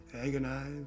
agonized